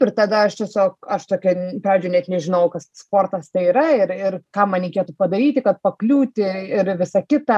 ir tada aš tiesiog aš tokia pradžių net nežinojau kas sportas tai yra ir ir ką man reikėtų padaryti kad pakliūti ir visa kita